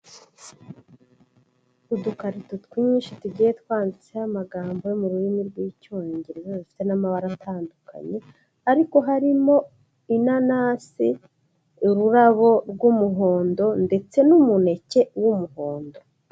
Udukarito twinshi tugiye twanditseho amagambo yo mu rurimi rw'icyongereza dufite n'amabara atandukanye ariko harimo inanasi, ururabo rw'umuhondo, ndetse n'umuneke w'umuhondo.